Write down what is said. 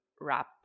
wrap